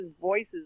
voices